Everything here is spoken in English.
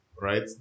right